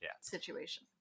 situation